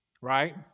right